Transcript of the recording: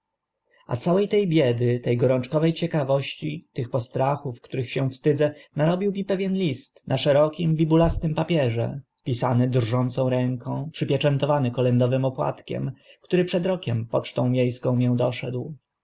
a całe te biedy te gorączkowe ciekawości tych postrachów których się wstydzę narobił mi pewien list na szerokim bibulastym papierze pisany drżącą ręką przypieczę list towany kolędowym opłatkiem który przed rokiem pocztą mie ską mię doszedł